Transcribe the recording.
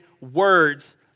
words